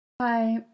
Hi